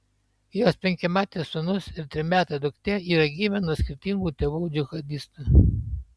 jos penkiametis sūnus ir trimetė duktė yra gimę nuo skirtingų tėvų džihadistų